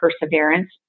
perseverance